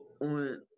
on